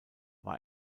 war